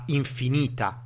infinita